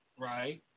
Right